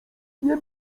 nie